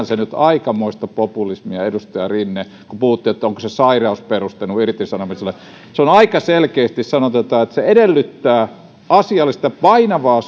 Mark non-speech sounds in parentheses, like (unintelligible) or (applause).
(unintelligible) se nyt aikamoista populismia edustaja rinne kun puhuitte että onko sairaus perusteena irtisanomiselle on aika selkeästi sanottu että se edellyttää asiallista painavaa (unintelligible)